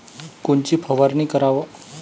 कोनची फवारणी कराव?